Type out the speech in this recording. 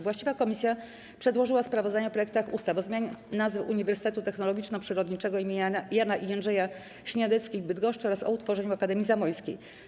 Właściwa komisja przedłożyła sprawozdania o projektach ustaw: - o zmianie nazwy Uniwersytetu Technologiczno-Przyrodniczego im. Jana i Jędrzeja Śniadeckich w Bydgoszczy, - o utworzeniu Akademii Zamojskiej.